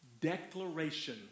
declaration